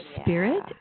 spirit